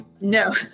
no